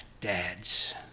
dads